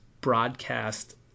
broadcast